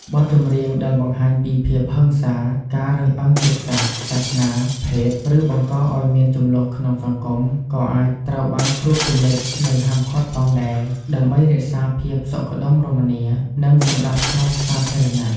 បទចម្រៀងដែលបង្ហាញពីភាពហិង្សា ការរើសអើងជាតិសាសន៍ សាសនា ភេទ ឬបង្កឱ្យមានជម្លោះក្នុងសង្គមក៏អាចត្រូវបានត្រួតពិនិត្យ និងហាមឃាត់ផងដែរ ដើម្បីរក្សាភាពសុខដុមរមនា និងសណ្តាប់ធ្នាប់សាធារណៈ។